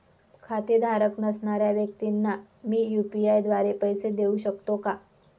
खातेधारक नसणाऱ्या व्यक्तींना मी यू.पी.आय द्वारे पैसे देऊ शकतो का?